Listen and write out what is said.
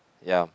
ya